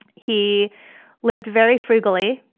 he lived very frugally.